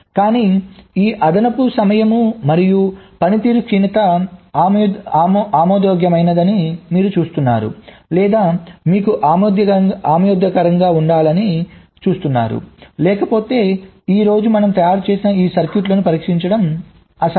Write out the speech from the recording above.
కానీ ఈ అదనపు సమయం మరియు పనితీరు క్షీణత ఆమోదయోగ్యమైనదని మీరు చూస్తున్నారు లేదా మీకు ఆమోదయోగ్యంగా ఉండాలి అని చూస్తారు లేకపోతే ఈ రోజు మనం తయారు చేసిన ఈ సర్క్యూట్లను పరీక్షించడం అసాధ్యం